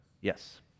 Yes